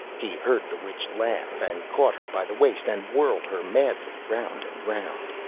he heard the witch laugh, and caught her by the waist, and whirled her madly round and round.